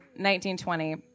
1920